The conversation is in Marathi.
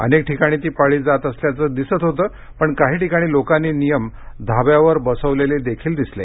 अनेक ठिकाणी ती पाळली जात असल्याचं दिसत होतं पण काही ठिकाणी लोकांनी नियम धाब्यावर बसवलेलेही दिसले